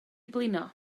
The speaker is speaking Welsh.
blino